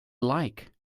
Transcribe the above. like